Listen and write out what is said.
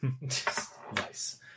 Nice